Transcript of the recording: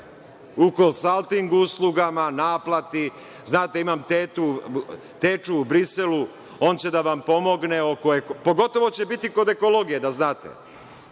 u konsalting uslugama, naplati – znate, imam teču u Briselu, on će da vam pomogne, pogotovo će biti oko ekologije, da znate.